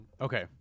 Okay